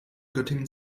göttingen